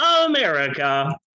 America